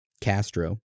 Castro